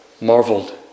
marveled